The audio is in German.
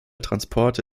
transporte